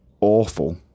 awful